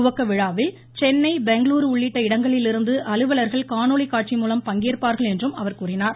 துவக்கவிழாவில் சென்னை பெங்களுரு உள்ளிட்ட இடங்களிலிருந்து அலுவலர்கள் காணொளிகாட்சிமூலம் பங்கேற்பார்கள் என்றும் அவர் கூறினார்